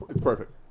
perfect